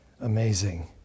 Amazing